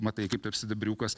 matai kaip sidabriukas